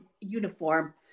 uniform